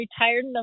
retired